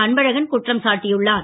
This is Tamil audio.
அன்பழகன் குற்றம் சாடடியுள்ளார்